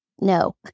no